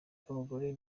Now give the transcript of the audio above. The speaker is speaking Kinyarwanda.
abagore